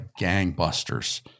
gangbusters